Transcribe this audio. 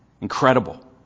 Incredible